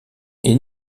est